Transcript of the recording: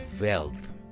wealth